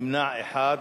נמנע אחד.